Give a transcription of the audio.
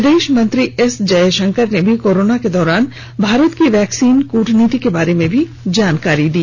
विदेश मंत्री एस जयशंकर ने भी कोरोना के दौरान भारत की वैक्सीन कूटनीति के बारे में भी जानकारी दी